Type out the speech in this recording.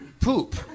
poop